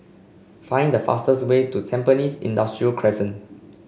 find the fastest way to Tampines Industrial Crescent